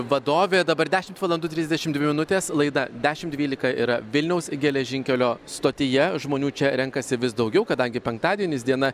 vadovė dabar dešimt valandų trisdešim dvi minutės laida dešim dvylika yra vilniaus geležinkelio stotyje žmonių čia renkasi vis daugiau kadangi penktadienis diena